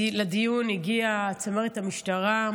לדיון הגיעה צמרת המשטרה,